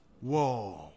Whoa